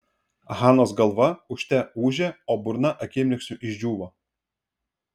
hanos galva ūžte ūžė o burna akimirksniu išdžiūvo